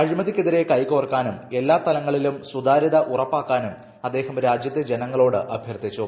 അഴിമതിക്കെതിരെ കൈകോർക്കാനും എല്ലാ തലങ്ങളിലും സുതാര്യത ഉറപ്പാക്കാനും അദ്ദേഹം രാജ്യത്തെ ജനങ്ങളോട് അഭ്യർത്ഥിച്ചു